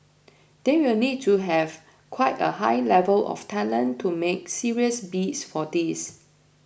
they will need to have quite a high level of talent to make serious bids for these